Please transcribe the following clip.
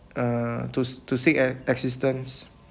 uh to to seek a~ assistance